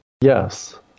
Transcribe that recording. Yes